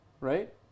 right